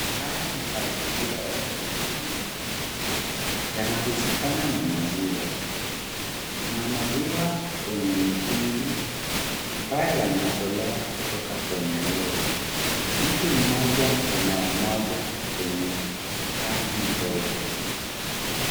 Haya ni mazingira ya kiukulima yanahusikana na maziwa. Kuna maziwa kwenye mitungi ambayo yanatolewa kutoka kwenye lori. Mtu mmoja anayamwaga kwenye tangi ndogo.